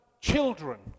Children